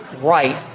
right